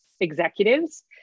executives